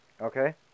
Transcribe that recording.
Okay